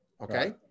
okay